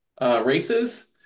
races